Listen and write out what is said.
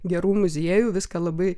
gerų muziejų viską labai